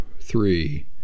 three